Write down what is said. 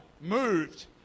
moved